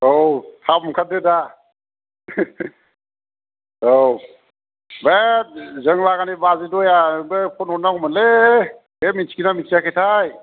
औ थाब ओंखारदो दा औ बे जों लागोनि बाजै दया नोबो फन हरनांगौ मोनलै बे मिथिखोना मिथियाखैथाय